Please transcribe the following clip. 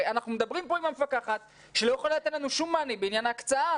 אנחנו מדברים פה עם המפקחת שלא יכולה לתת לנו שום מענה בעניין ההקצאה.